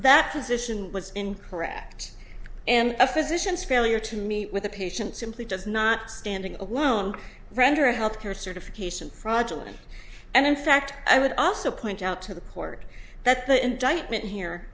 that position was incorrect and a physician's failure to meet with a patient simply does not standing alone render a health care certification fraudulent and in fact i would also point out to the court that the indictment here